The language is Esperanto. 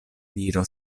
viro